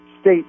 state